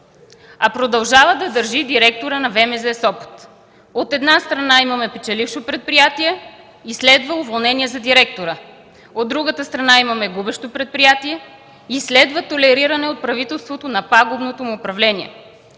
а продължава да държи директора на ВМЗ - Сопот? От една страна, имаме печелившо предприятие и следва уволнение за директора, а от друга страна, имаме губещо предприятие и следва толериране от правителството на пагубното му управление.